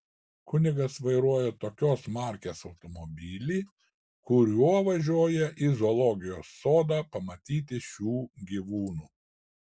kunigas vairuoja tokios markės automobilį kuriuo važiuoja į zoologijos sodą pamatyti šių gyvūnų